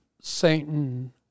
Satan